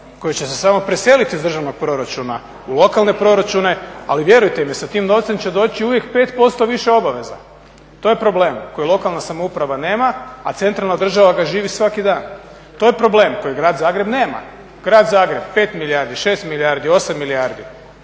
koji će se samo preseliti iz državnog proračuna u lokalne proračune ali vjerujte mi sa tim novcem će doći uvijek 5% više obaveza, to je problem koji lokalna samouprava nema, a centralna država ga živi svaki dana. To je problem koji grad Zagreb nema. Grad Zagreb 5, 6, 8 milijardi